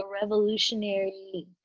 revolutionary